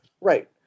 Right